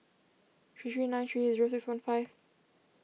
three three nine three zero six one five